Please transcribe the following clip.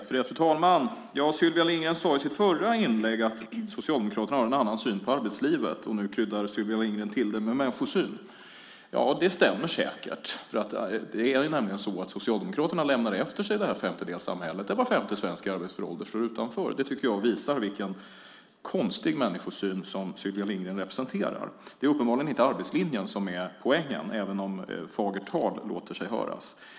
Fru talman! Sylvia Lindgren sade i sitt förra inlägg att Socialdemokraterna har en annan syn på arbetslivet, och nu kryddar Sylvia Lindgren till det med människosyn. Det stämmer säkert. Det är nämligen så att Socialdemokraterna lämnade efter sig detta femtedelssamhälle, där var femte svensk i arbetsför ålder står utanför. Det tycker jag visar vilken konstig människosyn som Sylvia Lindgren representerar. Det är uppenbarligen inte arbetslinjen som är poängen även om fagert tal låter sig höras.